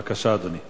בבקשה, אדוני.